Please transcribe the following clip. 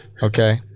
Okay